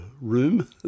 room